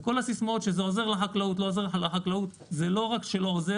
וכל הסיסמאות האלה שזה עוזר לחקלאות לא רק שזה לא יעזור,